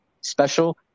special